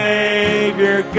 Savior